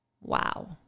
Wow